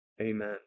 Amen